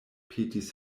petis